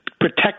protect